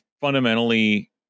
fundamentally